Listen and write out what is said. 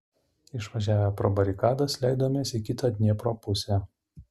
išvažiavę pro barikadas leidomės į kitą dniepro pusę